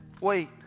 wait